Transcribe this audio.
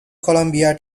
columbia